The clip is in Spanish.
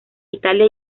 italia